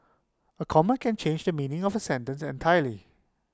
A comma can change the meaning of A sentence entirely